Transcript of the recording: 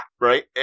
right